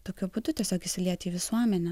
tokiu būdu tiesiog įsilieti į visuomenę